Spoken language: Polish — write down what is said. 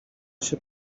się